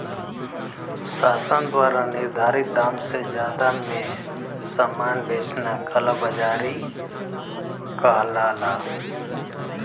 शासन द्वारा निर्धारित दाम से जादा में सामान बेचना कालाबाज़ारी कहलाला